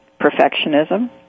perfectionism